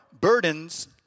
burdens